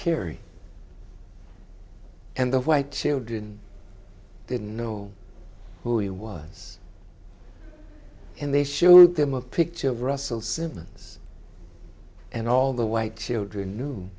kerry and the white children didn't know who he was in they showed them a picture of russell simmons and all the white children